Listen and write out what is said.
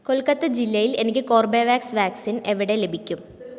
കൊൽക്കത്ത ജില്ലയിൽ എനിക്ക് കോർബെവാക്സ് വാക്സിൻ എവിടെ ലഭിക്കും